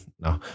No